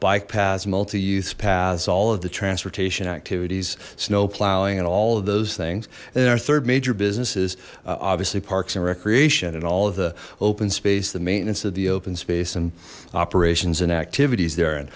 bike paths multi use paths all of the transportation activities snow plowing and all of those things and then our third major businesses obviously parks and recreation and all the open space the maintenance of the open space and operations and activities there and